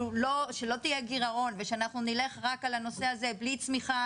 שלא יהיה גירעון ושאנחנו נלך רק על הנושא הזה בלי צמיחה